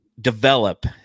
develop